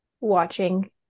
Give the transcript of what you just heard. watching